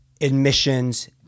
admissions